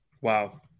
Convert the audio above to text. Wow